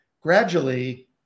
gradually